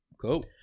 Cool